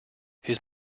his